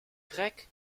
grecque